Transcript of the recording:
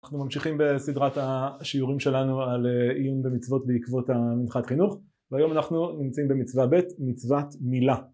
אנחנו ממשיכים בסדרת השיעורים שלנו על עיון במצוות בעקבות המנחת חינוך והיום אנחנו נמצאים במצווה ב' מצוות מילה